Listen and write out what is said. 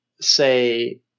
say